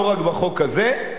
לא רק בחוק הזה,